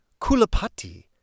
Kulapati